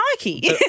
Nike